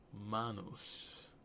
manos